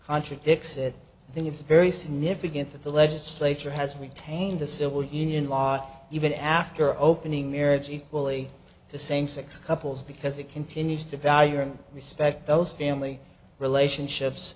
contradicts it then it's very significant that the legislature has retained the civil union law even after opening marriage equally to same sex couples because it continues to value and respect those family relationships